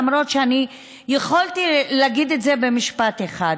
למרות שיכולתי להגיד את זה במשפט אחד.